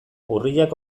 urriak